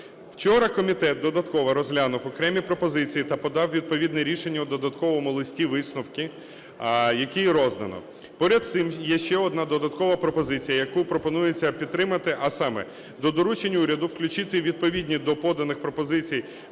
Вчора комітет додатково розглянув окремі пропозиції та подав відповідні рішення у додатковому листі висновки, який роздано. Поряд з цим, є ще одна додаткова пропозиція, яку пропонується підтримати, а саме: до доручень уряду включити відповідні до поданих пропозицій